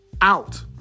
out